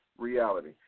Reality